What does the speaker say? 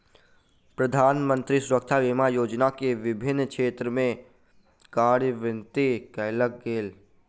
प्रधानमंत्री सुरक्षा बीमा योजना के विभिन्न क्षेत्र में कार्यान्वित कयल गेल